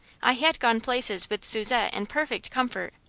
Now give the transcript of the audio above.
i had gone places with susette in perfect comfort.